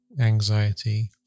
anxiety